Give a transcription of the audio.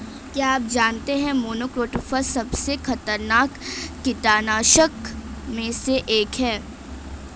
क्या आप जानते है मोनोक्रोटोफॉस सबसे खतरनाक कीटनाशक में से एक है?